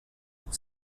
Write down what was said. pour